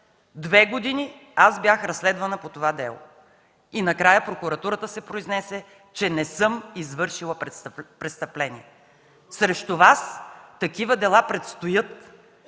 Две години бях разследвана по това дело и накрая прокуратурата се произнесе, че не съм извършила престъпление. Срещу Вас такива дела предстоят